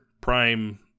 Prime